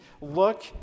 look